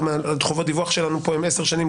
גם חובות הדיווח שלנו פה הן עשר שנים,